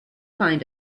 find